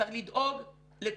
צריך לדאוג לכולם.